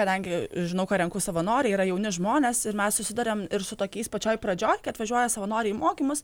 kadangi žinau ką renku savanoriai yra jauni žmonės ir mes susiduriam su tokiais pačioj pradžioj kai atvažiuoja savanoriai į mokymus